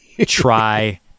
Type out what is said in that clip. try